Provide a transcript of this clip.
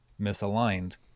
misaligned